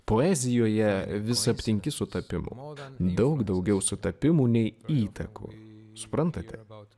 poezijoje vis aptinki sutapimų daug daugiau sutapimų nei įtakų suprantate